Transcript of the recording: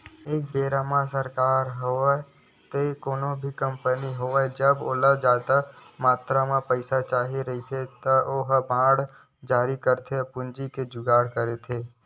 एक बेरा म सरकार होवय ते कोनो भी कंपनी होवय जब ओला जादा मातरा म पइसा चाही रहिथे त ओहा बांड जारी करके पूंजी के जुगाड़ करथे